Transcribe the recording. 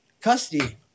custody